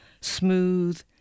smooth